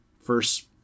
first